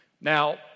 Now